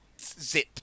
zip